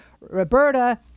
Roberta